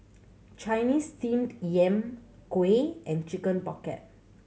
Chinese Steamed Yam kuih and Chicken Pocket